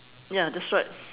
ya that's right